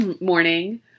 morning